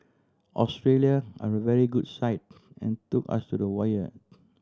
Australia are a very good side and took us to the wire